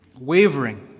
wavering